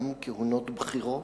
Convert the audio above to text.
גם כהונות בכירות,